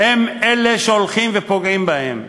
והם אלה שהולכים ופוגעים בהם.